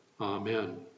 Amen